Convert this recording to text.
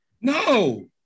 No